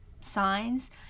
signs